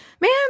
Man